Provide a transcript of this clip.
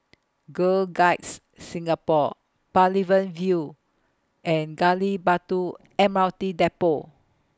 Girl Guides Singapore Pavilion View and Gali Batu M R T Depot